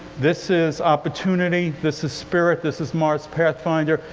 this is opportunity. this is spirit. this is mars pathfinder.